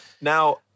now